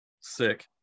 sick